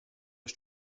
was